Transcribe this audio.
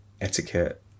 etiquette